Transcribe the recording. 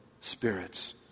spirits